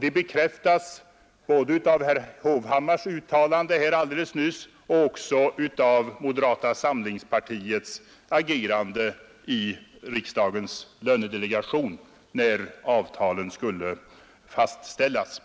Detta bekräftades av herr Hovhammars uttalande här alldeles nyss och även av moderata samlingpartiets agerande i riksdagens lönedelegation, när avtalen skulle fastställas.